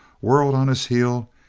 whirled on his heel,